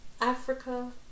Africa